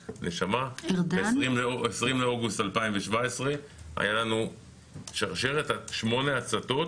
ב-20 באוגוסט 2017 הייתה לנו שרשרת של שמונה הצתות